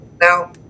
Now